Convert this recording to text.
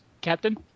captain